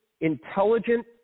intelligent